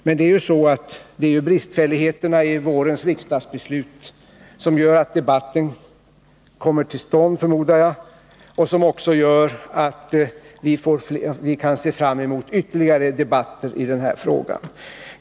Men jag förmodar att det är bristfälligheterna i vårens riksdagsbeslut som gör att debatten kommer till stånd och som också gör att vi kan vänta oss ytterligare debatter i den här frågan.